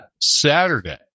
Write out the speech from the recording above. Saturday